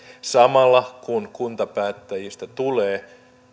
samalla kun kuntapäättäjistä tulee